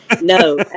No